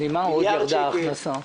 אז ממה עוד ירדה ההכנסה?